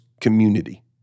community